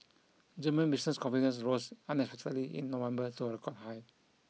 German business confidence rose unexpectedly in November to a record high